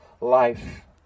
life